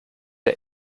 der